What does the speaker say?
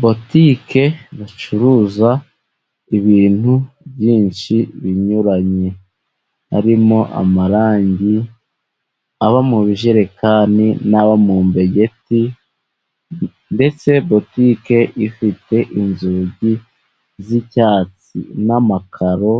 Butike bacuruza ibintu byinshi binyuranye. Harimo amarangi aba mu bijerekani n'aba mumbegeti, ndetse butike ifite inzugi z'icyatsi n'amakaro